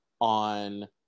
on